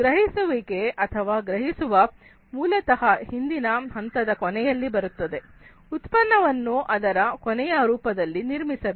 ಗ್ರಹಿಸುವಿಕೆ ಅಥವಾ ಗ್ರಹಿಸು ಮೂಲತಃ ಹಿಂದಿನ ಹಂತದ ಕೊನೆಯಲ್ಲಿ ಬರುತ್ತದೆ ಉತ್ಪನ್ನವನ್ನು ಅದರ ಕೊನೆಯ ರೂಪದಲ್ಲಿ ನಿರ್ಮಿಸಬೇಕು